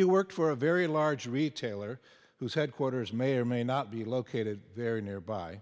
you work for a very large retailer who's headquarters may or may not be located very nearby